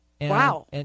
Wow